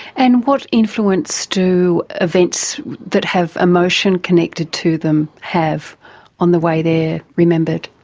and what influence do events that have emotion connected to them have on the way they're remembered?